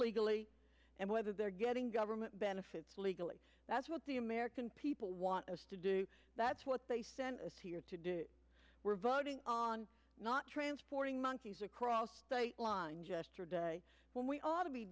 legally and whether they're getting government benefits legally that's what the american people want us to do that's what they sent us here to do we're voting on not transporting monkeys across state lines when we ought to be